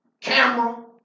camera